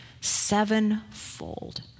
sevenfold